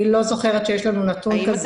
אני לא זוכרת שיש לנו נתון כזה.